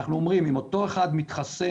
אנחנו אומרים שאם אותו אחד מתחסן,